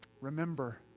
remember